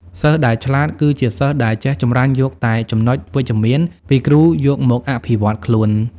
សិស្សដែលឆ្លាត គឺជាសិស្សដែលចេះចម្រាញ់យកតែចំណុចវិជ្ជមានពីគ្រូយកមកអភិវឌ្ឍខ្លួន។